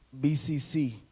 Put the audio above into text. BCC